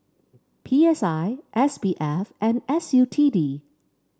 P S I S B F and S U T D